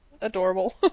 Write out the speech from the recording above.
adorable